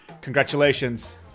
congratulations